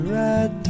red